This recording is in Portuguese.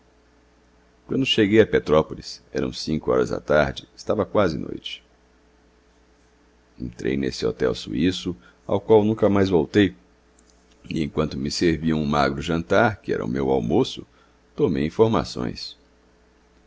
quando cheguei a petrópolis eram cinco horas da tarde estava quase noite entrei nesse hotel suíço ao qual nunca mais voltei e enquanto me serviam um magro jantar que era o meu almoço tomei informações